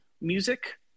music